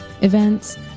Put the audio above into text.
events